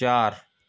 चार